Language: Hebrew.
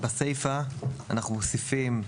בסיפה אנחנו מוסיפים: